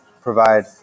provide